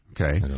Okay